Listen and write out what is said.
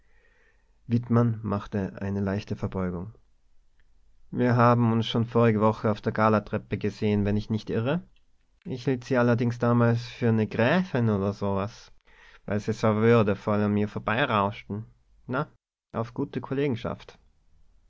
machte eine leichte verbeugung wir haben uns schon vorige woche auf der galatreppe gesehen wenn ich nicht irre ich hielt sie allerdings damals für ne gräfin oder so was weil sie so würdevoll an mir vorbeirauschten na auf gute kollegenschaft